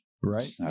right